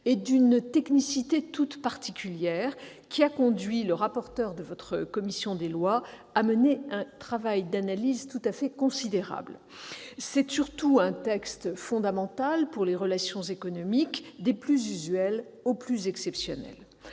-et d'une technicité toute particulière, qui a conduit le rapporteur de votre commission des lois à mener un travail d'analyse tout à fait considérable. C'est surtout un texte fondamental pour les relations économiques, des plus usuelles aux plus exceptionnelles.